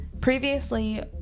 Previously